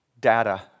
data